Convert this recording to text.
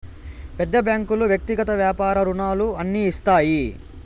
పెద్ద బ్యాంకులు వ్యక్తిగత వ్యాపార రుణాలు అన్ని ఇస్తాయి